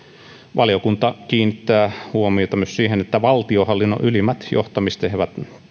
valiokunta kiinnittää huomiota myös siihen että valtionhallinnon ylimpiin johtamistehtäviin